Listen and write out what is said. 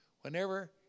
Whenever